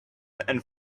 and